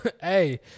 Hey